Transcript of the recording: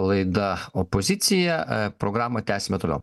laida opozicija programą tęsime toliau